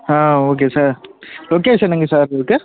ஆ okay sir location எங்கே sir இருக்குது